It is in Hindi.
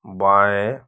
बाएं